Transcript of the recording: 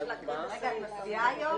רגע, את מצביעה היום,